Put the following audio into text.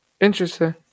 Interesting